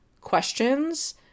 questions